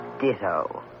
Ditto